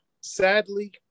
Sadly